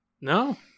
No